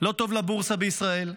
לא טוב לבורסה בישראל?